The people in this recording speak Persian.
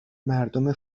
مردم